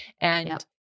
and-